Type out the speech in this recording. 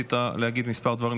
רצית להגיד כמה דברים,